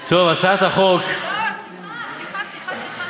טוב, הצעת החוק, לא, סליחה, סליחה, סליחה,